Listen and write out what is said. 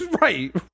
Right